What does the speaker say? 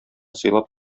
сыйлап